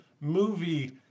movie